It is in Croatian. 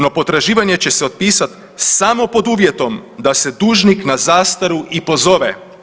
No potraživanje će se otpisati samo pod uvjetom da se dužnik na zastaru i pozove.